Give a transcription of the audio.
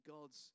God's